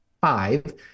Five